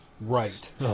Right